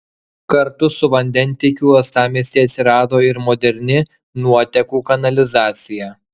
kartu su vandentiekiu uostamiestyje atsirado ir moderni nuotekų kanalizacija